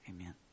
amen